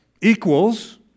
equals